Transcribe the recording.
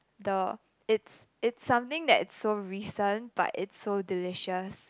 the it's it's something that it's so recent but it's so delicious